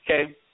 okay